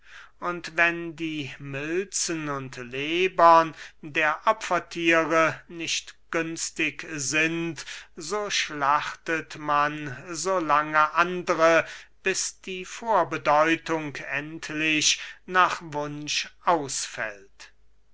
und wenn die milzen und lebern der opferthiere nicht günstig sind so schlachtet man so lange andre bis die vorbedeutung endlich nach wunsch ausfällt